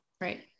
Right